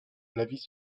l’avis